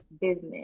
business